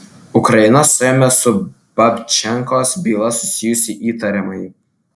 ukraina suėmė su babčenkos byla susijusį įtariamąjį